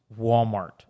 Walmart